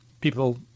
people